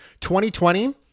2020